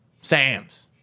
Sam's